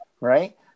right